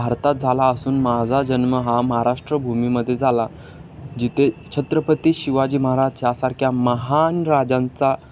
भारतात झाला असून माझा जन्म हा महाराष्ट्र भूमीमध्ये झाला जिथे छत्रपती शिवाजी महाराजच्यासारख्या महान राजांचा